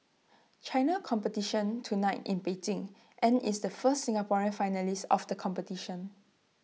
China competition tonight in Beijing and is the first Singaporean finalist of the competition